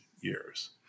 years